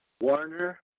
Warner